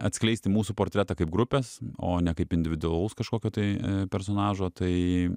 atskleisti mūsų portretą kaip grupės o ne kaip individualaus kažkokio tai personažo tai